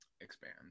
expand